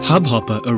Hubhopper